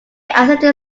accepted